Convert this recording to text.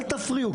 אל תפריעו.